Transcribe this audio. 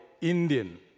Indian